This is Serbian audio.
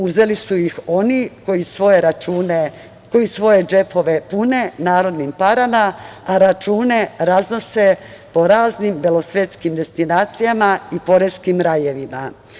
Uzeli su ih oni koji svoje džepove pune narodnim parama, a račune raznose po raznim belosvetskim destinacijama i poreskim rajevima.